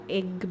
egg